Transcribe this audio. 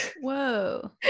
Whoa